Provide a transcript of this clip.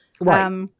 Right